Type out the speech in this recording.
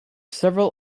several